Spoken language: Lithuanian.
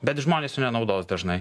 bet žmonės jų nenaudos dažnai